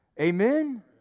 Amen